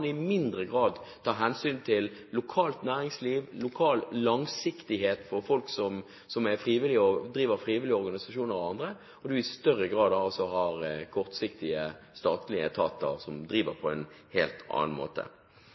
i mindre grad tatt hensyn til lokalt næringsliv, lokal langsiktighet for folk som er frivillige, og som driver frivillige organisasjoner og annet, og hvor du i større grad har kortsiktige statlige etater som driver på en helt annen måte.